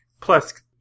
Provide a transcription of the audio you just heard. Plus